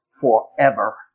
forever